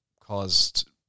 caused